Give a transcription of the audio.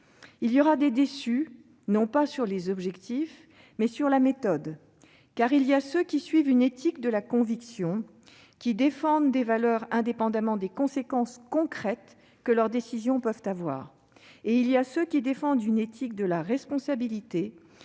Il y aura des déçus, non pas sur les objectifs, mais sur la méthode. Car il y a ceux qui suivent une éthique de la conviction et qui défendent des valeurs indépendamment des conséquences concrètes que leurs décisions peuvent avoir. Et il y a ceux qui défendent une éthique de la responsabilité